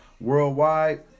Worldwide